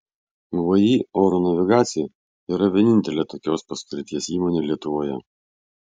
vį oro navigacija yra vienintelė tokios paskirties įmonė lietuvoje